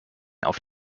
auf